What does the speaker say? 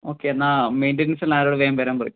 okay എന്നാല് മെയിൻറ്റെനൻസിനുള്ള ആളോടു വേഗം വരാൻ പറയു